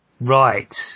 right